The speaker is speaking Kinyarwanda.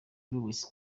luis